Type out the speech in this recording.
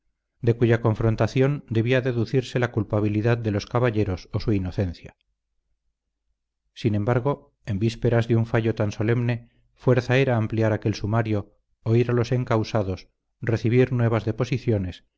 de cuya confrontación debía deducirse la culpabilidad de los caballeros o su inocencia sin embargo en vísperas de un fallo tan solemne fuerza era ampliar aquel sumario oír a los encausados recibir nuevas deposiciones